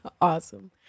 Awesome